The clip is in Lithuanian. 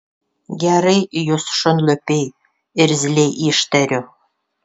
gerai jūs šunlupiai irzliai ištariu